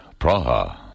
Praha